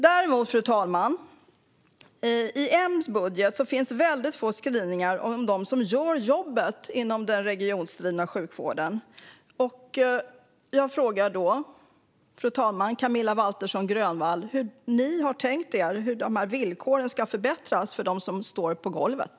Däremot, fru talman, finns det i M:s budget väldigt få skrivningar om dem som gör jobbet inom den regiondrivna sjukvården. Jag har en fråga till Camilla Waltersson Grönvall: Hur har ni tänkt er att villkoren ska förbättras för dem som står på golvet?